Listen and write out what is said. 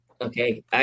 Okay